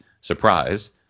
surprise